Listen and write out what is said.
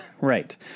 Right